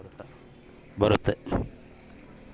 ಸಣ್ಣ ವ್ಯಾಪಾರಕ್ಕ ಸಾಲ ಬರುತ್ತಾ?